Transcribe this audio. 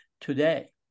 today